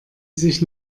sich